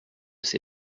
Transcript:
ses